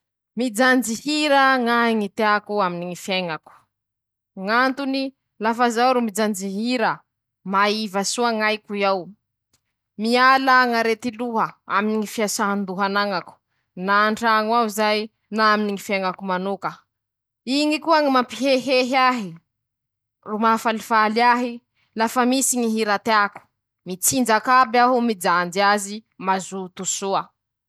Ñy loko manga mazàva: -Midika fahalavoraria, amiko manoka zay ;ñy raha avy an-dohako ao voalohany, lokony ñy lañits'iñy, ñy manga mazava ;miisy añatiny zay ao ñy fandream-pahalema, ñy fahatonia, ñy fahalavoraria fa nambarako, ñy fifalian-teña, aminy ñy fiaiñan-teña milamy ro mazava soa ñy lala ombà.